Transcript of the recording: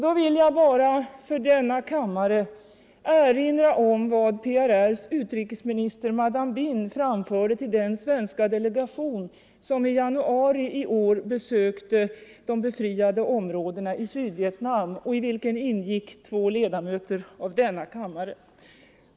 Då vill jag bara erinra kammaren om vad PRR:s utrikesminister, Mme Binh framförde till den svenska delegation som i januari i år besökte de befriade områdena i Sydvietnam och i vilken ingick två ledamöter av denna kammare.